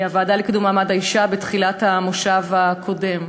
הוועדה לקידום מעמד האישה, בתחילת המושב הקודם.